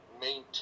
maintain